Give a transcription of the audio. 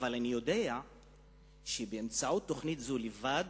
אבל אני יודע שבאמצעות תוכנית זו לבד